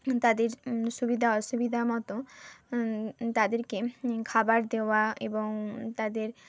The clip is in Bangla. তাদের সুবিধা অসুবিধা মতো তাদেরকে খাবার দেওয়া এবং তাদের